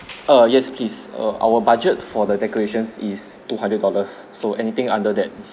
err yes please err our budget for the decorations is two hundred dollars so anything under that